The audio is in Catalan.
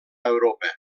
europa